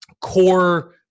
core